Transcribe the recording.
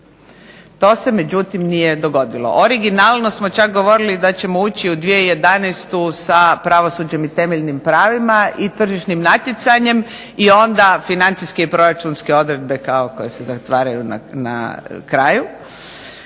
To se međutim nije dogodilo. Originalno smo čak govorili da ćemo ući u 2011. sa Pravosuđem i temeljnim pravima i Tržišnim natjecanjem i onda Financijske i proračunske odredbe kao koje se zatvaraju na kraju.